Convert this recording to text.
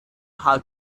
how